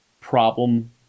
problem